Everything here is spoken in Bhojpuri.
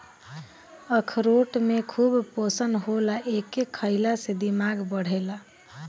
अखरोट में खूब पोषण होला एके खईला से दिमाग बढ़ेला